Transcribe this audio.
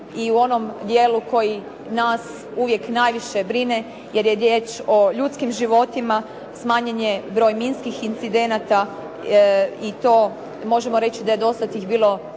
i u onom dijelu koji nas uvijek najviše brine jer je riječ o ljudskim životima, smanjen je broj minskih incidenata i to možemo reći da je dosad tih bilo